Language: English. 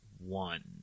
one